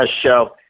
show